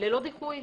ללא דיחוי.